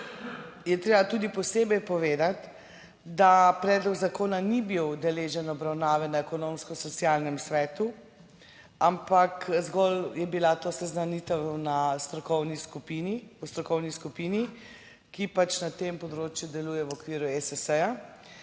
je treba tudi posebej povedati, da predlog zakona ni bil deležen obravnave na Ekonomsko-socialnem svetu, ampak zgolj je bila to seznanitev na strokovni skupini, v strokovni skupini, ki pač na tem področju deluje v okviru ESS.